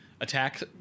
attack